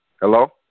Hello